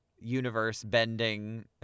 universe-bending